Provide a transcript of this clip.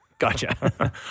Gotcha